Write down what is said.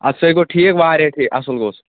اَدٕ سُے گوٚو ٹھیٖک واریاہ ٹھی اَصٕل گوٚو سُہ